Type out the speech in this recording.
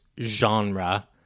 genre